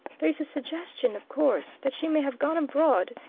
there is a suggestion, of course, that she may have gone abroad.